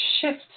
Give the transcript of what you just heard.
shift